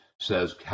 says